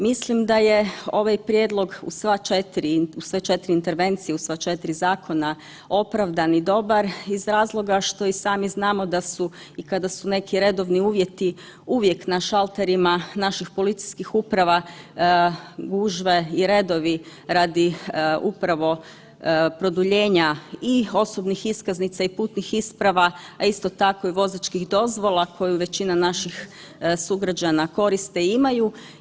Mislim da je ovaj prijedlog u sve 4 intervencije u sva 4 zakona opravdan i dobar iz razloga što i sami znamo i kada su neki redovni uvjeti uvijek na šalterima naših policijskih uprava gužve i redovi radi upravo produljenja i osobnih iskaznica i putnih isprava, a isto tako i vozačkih dozvola koju većina naših sugrađana koriste i imaju.